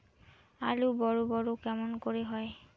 আলু বড় বড় কেমন করে হয়?